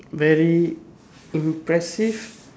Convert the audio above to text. very impressive